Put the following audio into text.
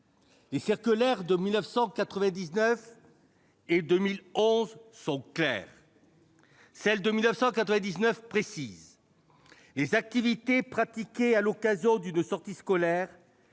Les circulaires de 1999 et 2011 sont claires. Celle de 1999 précise :« Les activités pratiquées à l'occasion d'une sortie scolaire